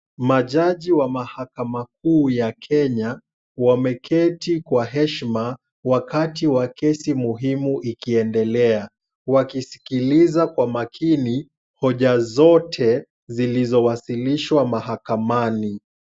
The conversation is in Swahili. Majaji wa mahakama kuu ya Kenya wameketi kwa heshima wakati wa kesi muhimu ikiendelea wakisikiliza kwa makini hoja zote zilizowasilishwa mahakamani.